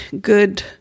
good